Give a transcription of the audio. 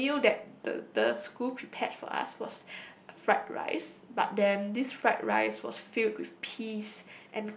the meal that the the school prepared for us was fried rice but then this fried rice was filled with peas